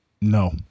no